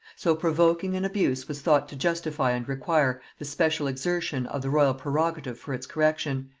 so provoking an abuse was thought to justify and require the special exertion of the royal prerogative for its correction,